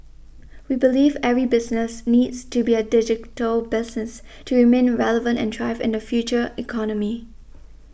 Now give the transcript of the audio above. we believe every business needs to be a digital business to remain relevant and thrive in the future economy